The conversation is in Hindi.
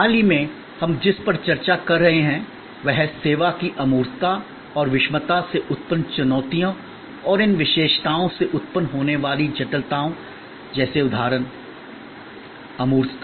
हाल ही में हम जिस पर चर्चा कर रहे हैं वह है सेवा की अमूर्तता और विषमता से उत्पन्न चुनौतियाँ और इन विशेषताओं से उत्पन्न होने वाली जटिलताएँ जैसे उदाहरण अमूर्तता